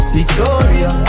Victoria